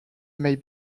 may